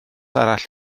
arall